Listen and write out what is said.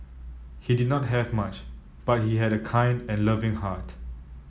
he did not have much but he had a kind and loving heart